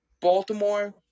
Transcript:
Baltimore